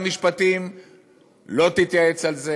אינה נוכחת מיכאל מלכיאלי,